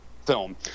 film